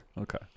Okay